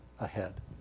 ahead